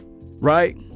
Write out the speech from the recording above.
right